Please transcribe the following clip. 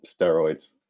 steroids